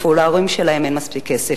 ולכלול פרטים שיקבעו את פרקי זמן ההמתנה לשירות,